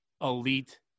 elite